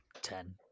Ten